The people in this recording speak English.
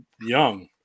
young